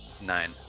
Nine